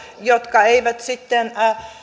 jotka eivät sitten